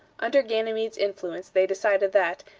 under ganymede's influence they decided that,